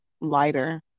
lighter